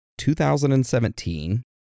2017